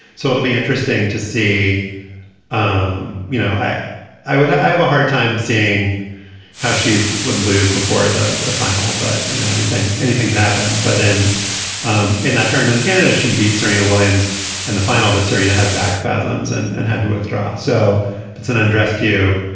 so it'll be interesting to see um you know i i would i have a hard time seeing how she would lose before the the final but you know anything anything can happen but and um in that tournament canada she beat serena williams and the final beat but serena had back spasms and and had to withdraw. so that's an undressed q.